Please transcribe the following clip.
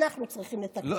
אנחנו צריכים לתקן את הטעויות.